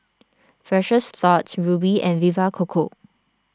Precious Thots Rubi and Vita Coco